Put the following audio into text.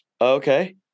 Okay